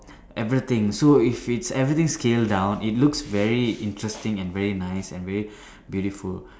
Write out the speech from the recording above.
everything so if it's everything scale down it looks very interesting and very nice and very beautiful